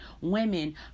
women